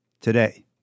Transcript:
Today